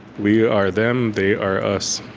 we are them, they are us.